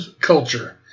culture